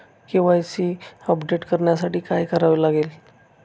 KYC update करण्यासाठी काय करावे लागेल?